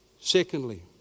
Secondly